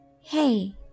Hey